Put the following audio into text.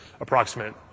Approximate